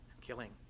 killing